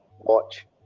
watch